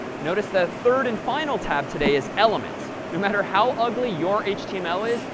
notice the third and final tab today is elements. no matter how ugly your html is,